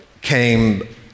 came